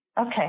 Okay